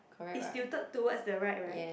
is tilted towards the right right